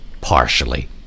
partially